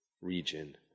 region